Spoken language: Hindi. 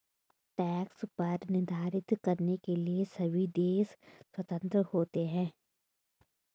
टैक्स दर निर्धारित करने के लिए सभी देश स्वतंत्र होते है